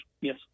yes